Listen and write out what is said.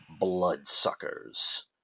Bloodsuckers